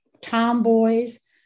tomboys